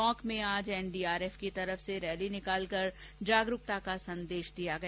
टोंक में आज एनडीआरएफ की तरफ से रैली निकालकर जागरुकता का संदेश दिया गया